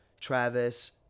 Travis